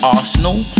Arsenal